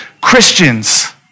Christians